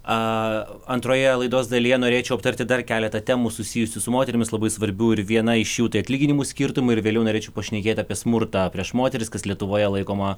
a antroje laidos dalyje norėčiau aptarti dar keletą temų susijusių su moterimis labai svarbių ir viena iš jų tai atlyginimų skirtumai ir vėliau norėčiau pašnekėti apie smurtą prieš moteris kas lietuvoje laikoma